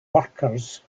workers